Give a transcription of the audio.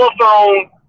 Telephone